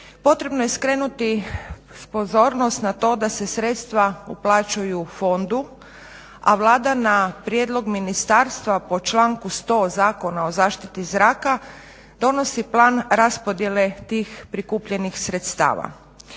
Potrebno je skrenuti pozornost na to da se sredstva uplaćuju u fondu, a Vlada na prijedlog ministarstva po članku 100. Zakona o zaštiti zraka donosi plan raspodjele tih prikupljenih sredstava.